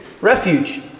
refuge